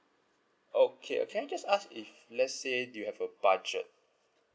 okay can I just ask if let's say do you have a budget